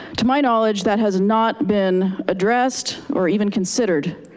to my knowledge that has not been addressed or even considered.